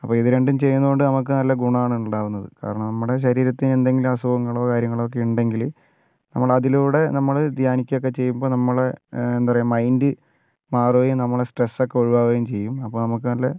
അപ്പോൾ ഇത് രണ്ടും ചെയ്യുന്നത് കൊണ്ട് നമുക്ക് നല്ല ഗുണമാണ് ഉണ്ടാകുന്നത് കാരണം നമ്മുടെ ശരീരത്തിൽ എന്തെങ്കിലും അസുഖങ്ങളോ കാര്യങ്ങളോ ഒക്കെ ഉണ്ടെങ്കിൽ നമ്മൾ അതിലൂടെ നമ്മൾ ധ്യാനിക്കുകയൊക്കെ ചെയ്യുമ്പോൾ നമ്മൾ എന്താ പറയുക മൈൻഡ് മാറുകയും നമ്മുടെ സ്ട്രെസ്സ് ഒക്കെ ഒഴിവാകുകയും ചെയ്യും അപ്പോൾ നമുക്ക് നല്ല